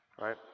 right